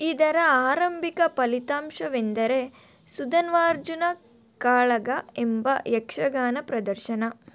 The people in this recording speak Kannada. ಇದರ ಆರಂಭಿಕ ಫಲಿತಾಂಶವೆಂದರೆ ಸುಧನ್ವಾರ್ಜುನ ಕಾಳಗ ಎಂಬ ಯಕ್ಷಗಾನ ಪ್ರದರ್ಶನ